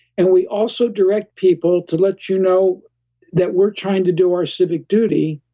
and we also direct people to let you know that we're trying to do our civic duty.